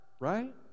Right